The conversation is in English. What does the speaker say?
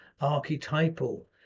archetypal